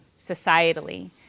societally